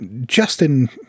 Justin